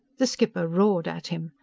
the skipper roared at him.